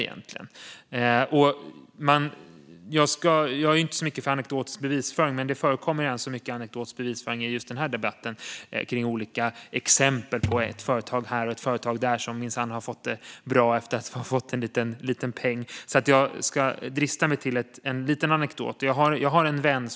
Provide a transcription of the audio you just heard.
Jag är inte så mycket för anekdotisk bevisföring, men eftersom det har förekommit en del sådan i denna debatt, till exempel om hur olika företag fått det bra efter att ha fått en liten peng, ska jag drista mig till att berätta en liten anekdot. Jag har en vän.